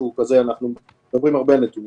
נתונים